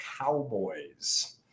Cowboys